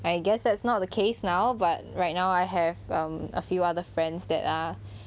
I guess that's not the case now but right now I have um a few other friends that are